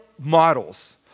models